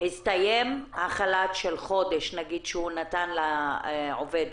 והסתיים החל"ת של חודש שהוציא אליו את העובדת,